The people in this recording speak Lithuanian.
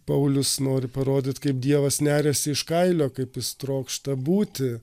paulius nori parodyt kaip dievas neriasi iš kailio kaip jis trokšta būti